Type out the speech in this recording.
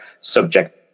subject